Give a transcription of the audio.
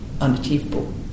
unachievable